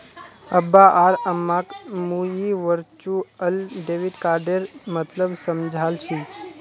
अब्बा आर अम्माक मुई वर्चुअल डेबिट कार्डेर मतलब समझाल छि